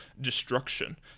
destruction